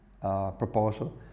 proposal